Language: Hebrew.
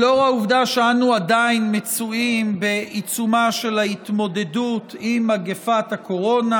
לאור העובדה שאנו עדיין מצויים בעיצומה של ההתמודדות עם מגפת הקורונה,